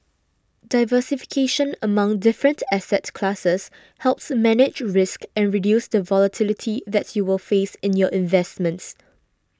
diversification among different asset classes helps manage risk and reduce the volatility that you will face in your investments